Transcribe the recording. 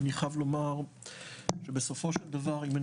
אני חייב לומר שבסופו של דבר אם אני